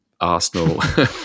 Arsenal